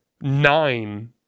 nine